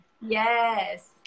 Yes